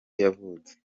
yavutse